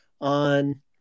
on